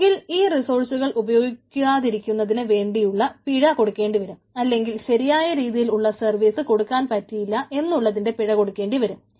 ഒന്നുകിൽ ഈ റിസോഴ്സുകൾ ഉപയാഗിക്കാതിരിക്കുന്നതിനു വേണ്ടിയുള്ള പിഴ കൊടുക്കേണ്ടിവരും അല്ലെങ്കിൽ ശരിയായ രീതിയിൽ ഉള്ള സർവീസ് കൊടുക്കാൻ പറ്റിയില്ല എന്നുള്ളതിന് പിഴ കൊടുക്കേണ്ടിവരും